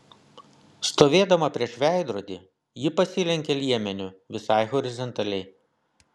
stovėdama prieš veidrodį ji pasilenkė liemeniu visai horizontaliai